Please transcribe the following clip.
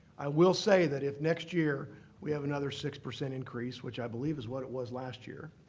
i will say that if next year we have another six percent increase, which i believe is what it was last year,